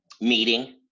meeting